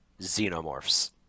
Xenomorphs